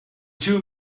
two